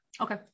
Okay